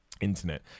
Internet